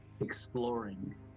exploring